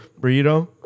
burrito